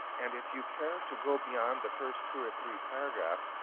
and if you care to go beyond the first two or three paragraphs,